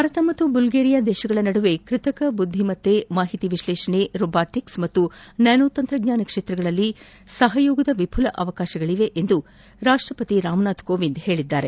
ಭಾರತ ಮತ್ತು ಬಲ್ಗೇರಿಯಾ ನಡುವೆ ಕೃತಕ ಬುದ್ದಿಮತ್ತೆ ಮಾಹಿತಿ ವಿಶ್ಲೇಷಣೆ ರೋಬೋಟಿಕ್ಟ ಹಾಗೂ ನ್ಯಾನೋ ತಂತ್ರಜ್ಞಾನ ಕ್ಷೇತ್ರಗಳಲ್ಲಿ ಸಹಯೋಗದ ವಿಪುಲ ಅವಕಾಶ ಹೊಂದಿವೆ ಎಂದು ರಾಷ್ಟ್ರಪತಿ ರಾಮನಾಥ್ ಕೋವಿಂದ್ ಹೇಳಿದ್ದಾರೆ